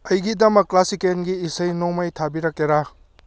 ꯑꯩꯒꯤꯗꯃꯛ ꯀ꯭ꯂꯥꯁꯤꯀꯦꯜꯒꯤ ꯏꯁꯩ ꯅꯣꯡꯃꯥꯏ ꯊꯥꯕꯤꯔꯛꯀꯦꯔꯥ